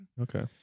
Okay